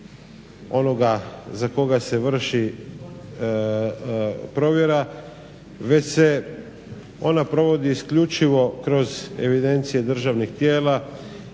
onoga za koga se vrši provjera već se ona provodi isključivo evidencije državnih tijela